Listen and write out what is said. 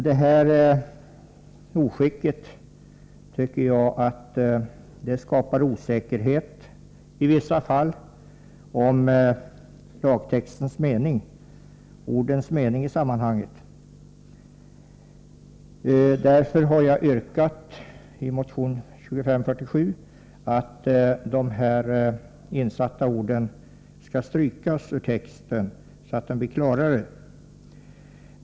I vissa fall skapar oskicket osäkerhet om ordens mening i sammanhanget. Därför har jag i motion 2547 yrkat att de ifrågavarande orden skall strykas, så att texten blir klarare.